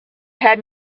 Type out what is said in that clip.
had